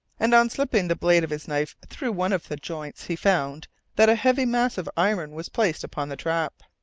and on slipping the blade of his knife through one of the joints he found that a heavy mass of iron was placed upon the trap,